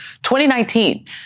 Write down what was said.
2019